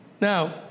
Now